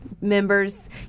members